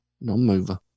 non-mover